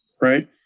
right